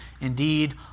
Indeed